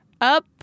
up